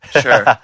sure